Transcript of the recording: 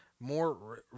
more